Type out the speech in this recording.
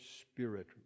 spirit